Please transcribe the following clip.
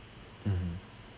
mmhmm